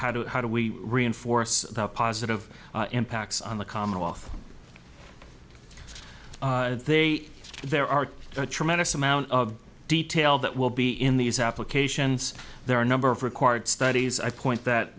how to how do we reinforce the positive impacts on the commonwealth so they there are a tremendous amount of detail that will be in these applications there are a number of required studies i point that